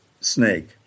snake